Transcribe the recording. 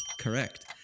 Correct